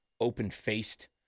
open-faced